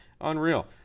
unreal